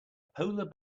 polar